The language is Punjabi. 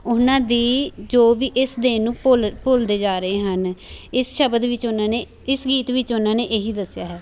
ਉਹਨਾਂ ਦੀ ਜੋ ਵੀ ਇਸ ਦਿਨ ਨੂੰ ਭੁੱਲ ਭੁੱਲਦੇ ਜਾ ਰਹੇ ਹਨ ਇਸ ਸ਼ਬਦ ਵਿੱਚ ਉਹਨਾਂ ਨੇ ਇਸ ਗੀਤ ਵਿੱਚ ਉਹਨਾਂ ਨੇ ਇਹ ਹੀ ਦੱਸਿਆ ਹੈ